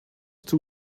too